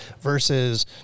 versus